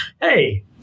hey